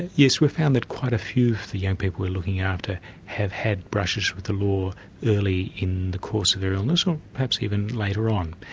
yes we've found that quite a few of the young people we're looking after have had brushes with the law early in the course of their illness, or perhaps even later on.